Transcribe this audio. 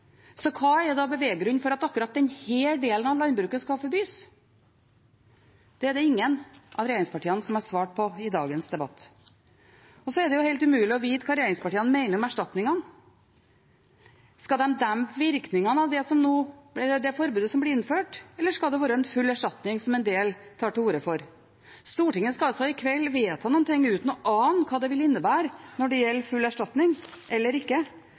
Så hva er da beveggrunnen for at akkurat denne delen av landbruket skal forbys? Det er det ingen av regjeringspartiene som har svart på i dagens debatt. Så er det helt umulig å vite hva regjeringspartiene mener om erstatningen. Skal de dempe virkningene av det forbudet som blir innført, eller skal det være full erstatning, som en del tar til orde for? Stortinget skal altså i kveld vedta noe uten å ane hva det vil innebære når det gjelder full erstatning eller ikke.